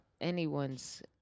anyone's